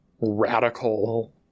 radical